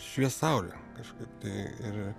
šviest saulė kažkaip tai ir